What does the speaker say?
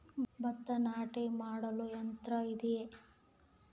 ಭತ್ತ ನಾಟಿ ಮಾಡಲು ಯಂತ್ರ ಇದೆಯೇ?